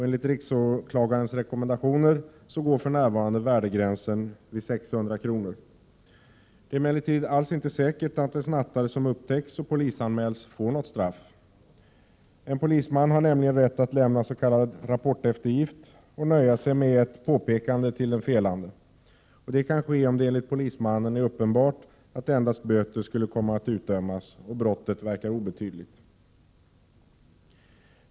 Enligt riksåklagarens rekommendationer går för närvarande värdegränsen vid 600 kr. Det är emellertid alls inte säkert att en snattare som upptäcks och polisanmäls får något straff. En polisman har nämligen rätt att lämna s.k. rapporteftergift och nöja sig med ett påpekande till den felande. Detta kan ske om det enligt polismannen är uppenbart att endast böter skulle komma att utdömas och brottet verkar obetydligt.